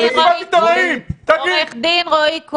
רועי,